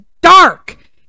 dark